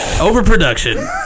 Overproduction